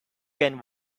can